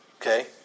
Okay